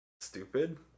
stupid